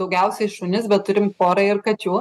daugiausiai šunis bet turim pora ir kačių